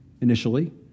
initially